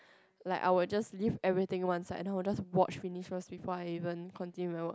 like I will just leave everything one side and then I will just watch finish first before I even continue with my work